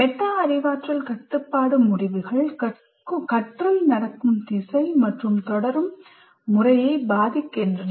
meta அறிவாற்றல் கட்டுப்பாட்டு முடிவுகள் கற்றல் நடக்கும் திசை மற்றும் தொடரும் முறையை பாதிக்கின்றன